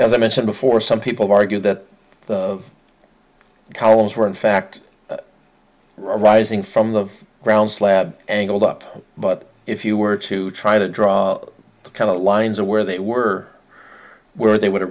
as i mentioned before some people argue that the columns were in fact rising from the ground slab angled up but if you were to try to draw the lines of where they were where they w